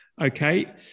Okay